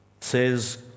says